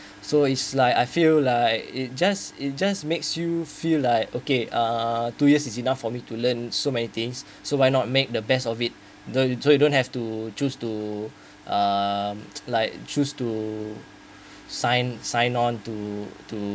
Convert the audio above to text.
so it's like I feel like it just it just makes you feel like okay uh two years is enough for me to learn so many things so why not make the best of it don't so you don't have to choose to um like choose to sign sign on to to